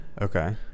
okay